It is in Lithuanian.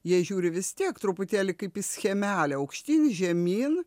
jie žiūri vis tiek truputėlį kaip į schemelę aukštyn žemyn